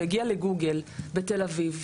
והגיעה לגוגל בתל אביב,